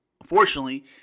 unfortunately